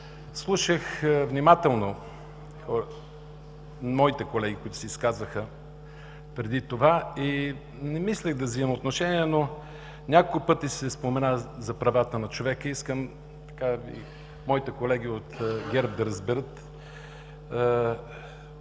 Слушах внимателно моите колеги, които се изказаха преди това, и не мислех да взимам отношение, но няколко пъти се спомена за правата на човека. Искам моите колеги от ГЕРБ да разберат